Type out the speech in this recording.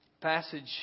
passage